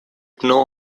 know